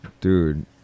Dude